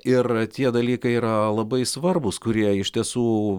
ir tie dalykai yra labai svarbūs kurie iš tiesų